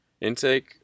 intake